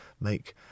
make